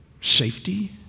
safety